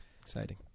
exciting